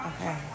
Okay